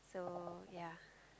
so yeah